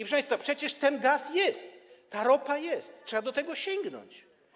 Proszę państwa, przecież ten gaz jest, ta ropa jest, trzeba do tego sięgnąć.